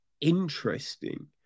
interesting